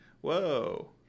Whoa